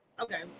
Okay